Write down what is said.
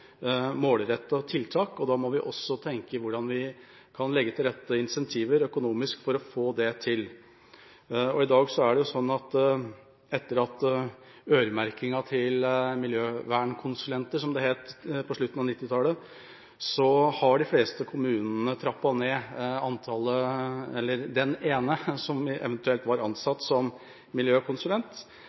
tiltak. Da må vi også tenke på hvordan vi kan legge til rette for økonomiske incentiver for å få til det. Etter at øremerkinga av midler til miljøvernkonsulenter, som det het, forsvant på slutten av 1990-tallet, har de fleste kommuner i dag fjernet den ene som eventuelt var ansatt som miljøkonsulent.